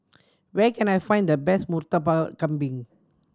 where can I find the best Murtabak Kambing